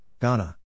Ghana